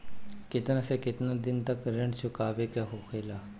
केतना से केतना दिन तक ऋण चुकावे के होखेला?